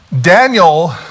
Daniel